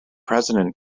president